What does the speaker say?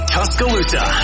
Tuscaloosa